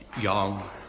young